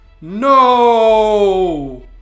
No